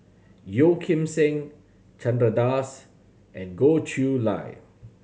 Yeo Kim Seng Chandra Das and Goh Chiew Lye